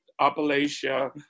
Appalachia